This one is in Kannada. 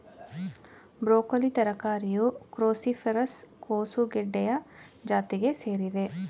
ಬ್ರೊಕೋಲಿ ತರಕಾರಿಯು ಕ್ರೋಸಿಫೆರಸ್ ಕೋಸುಗಡ್ಡೆಯ ಜಾತಿಗೆ ಸೇರಿದೆ